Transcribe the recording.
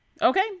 okay